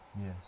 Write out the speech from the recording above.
Yes